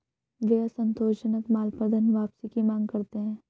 वे असंतोषजनक माल पर धनवापसी की मांग करते हैं